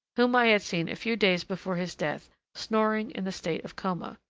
whom i had seen a few days before his death snoring in the state of coma.